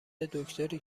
دکتری